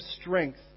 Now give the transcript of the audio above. strength